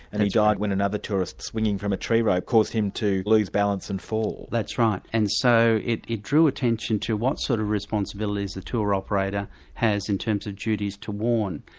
and he died when another tourist swinging from a tree rope caused him to lose balance and fall. that's right. and so it it drew attention to what sort of responsibilities the tour operator has in terms of duties to warn.